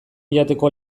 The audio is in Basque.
jateko